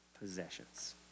possessions